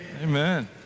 Amen